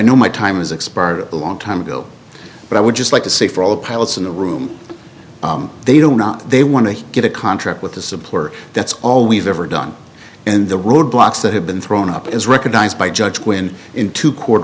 know my time is expired a long time ago but i would just like to say for all the pilots in the room they do not they want to get a contract with the supplier that's all we've ever done and the roadblocks that have been thrown up as recognized by judge quinn into court